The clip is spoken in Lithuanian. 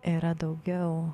yra daugiau